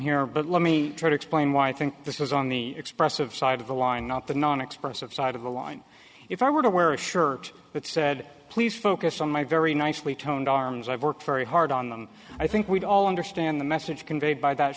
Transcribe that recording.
here but let me try to explain why i think this is on the expressive side of the line not the non expressive side of the line if i were to wear a shirt that said please focus on my very nicely toned arms i've worked very hard on them i think we all understand the message conveyed by that